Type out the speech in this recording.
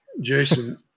Jason